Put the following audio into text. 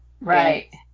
Right